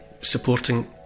supporting